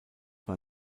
war